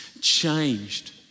changed